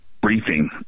briefing